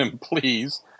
please